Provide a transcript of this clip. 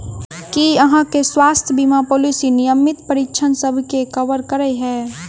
की अहाँ केँ स्वास्थ्य बीमा पॉलिसी नियमित परीक्षणसभ केँ कवर करे है?